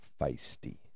feisty